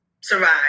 survive